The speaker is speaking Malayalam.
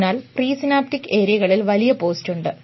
അതിനാൽ പ്രിസൈനാപ്റ്റിക് ഏരിയകളിൽ വലിയ പോസ്റ്റുണ്ട്